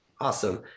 Awesome